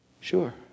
sure